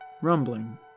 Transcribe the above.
rumbling